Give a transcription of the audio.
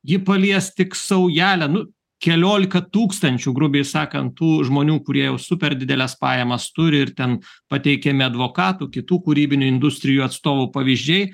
ji palies tik saujelę nu keliolika tūkstančių grubiai sakant tų žmonių kurie jau super dideles pajamas turi ir ten pateikiami advokatų kitų kūrybinių industrijų atstovų pavyzdžiai